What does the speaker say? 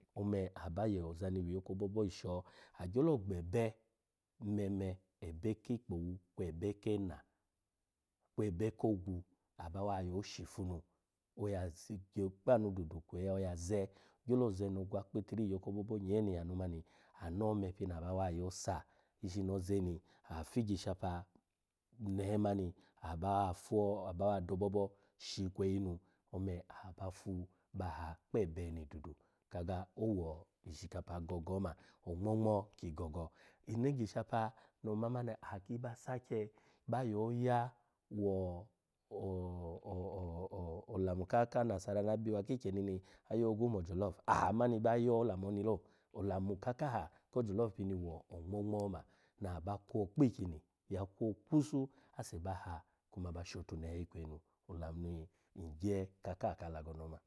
Ome aba yo ozani wiyo kobobo yisho agyelo gbe ebe, meme, ebe ki ikpowu kwe ebe kena, kwe ebe kogwu aba yo shifu nu oya zi gye kpa anu dubu kweyi oya ze, ogyolo ze no ogwa kpitiri iyo iyo kobobo nyee ni yanu mani anu ome pini aba wa yosa ishi no ozeni aha fi igyishapa nehe mani aha bawa fo aba wa do obobo shi ikweyi nu ome aha aba fu ba ha kpe ebe ni dudu. Kaga owo ishikapa gogo oma ongmo-ngmo ki gogo oma, ongmo-ngmo ki gogo, ini igyishapa no ma mani aha ki ba sake ba yoya ivo-o-o-o olamu la ka anasara na biwa kikyemi ni na aba yogivu mo ojolof aha mani ba yo olamu oni lo, olamu kakaha ko jolof pini wo ongmo ngmi oma na aba kwo ikpi ikyini ya kwo kwusu ase ba ha kuma ba shotunche ikweyi nu olamun ni ka kaha ka alago ni ome.